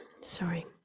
Sorry